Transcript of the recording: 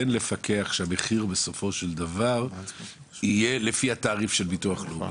לפקח שהמחיר יהיה לפי התעריף של הביטוח הלאומי?